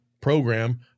program